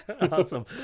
awesome